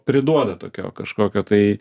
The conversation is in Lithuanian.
priduoda tokio kažkokio tai